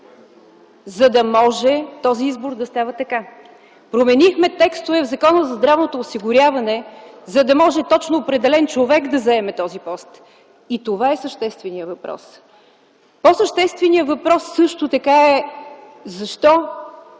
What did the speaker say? за да може този избор да става така. Променихме текстове в Закона за здравното осигуряване, за да може точно определен човек да заеме този пост и това е същественият въпрос. По-съществен въпрос също така е: защо